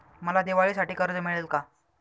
मला दिवाळीसाठी कर्ज मिळेल का?